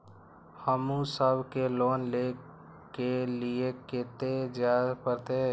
हमू सब के लोन ले के लीऐ कते जा परतें?